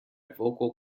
vocal